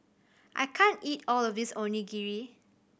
I can't eat all of this Onigiri